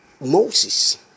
Moses